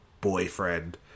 boyfriend